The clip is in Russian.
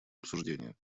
обсуждение